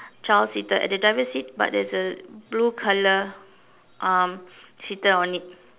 child seater at the driver seat but there is a blue color um seater on it